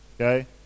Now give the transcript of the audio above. Okay